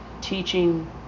Teaching